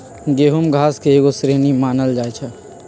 गेहूम घास के एगो श्रेणी मानल जाइ छै